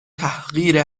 تحقیر